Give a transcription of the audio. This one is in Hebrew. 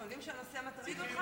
אנחנו יודעים שהנושא מטריד אותך